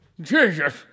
Jesus